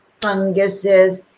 funguses